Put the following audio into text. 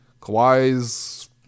Kawhi's